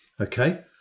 Okay